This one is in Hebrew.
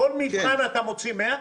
בכל מבחן אתה מוציא 100?